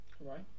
Right